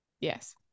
Yes